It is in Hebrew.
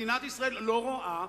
מדינת ישראל לא רואה,